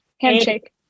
Handshake